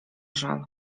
żal